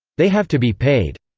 they have to be paid.